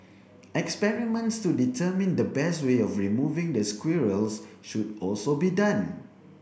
experiments to determine the best way of removing the squirrels should also be done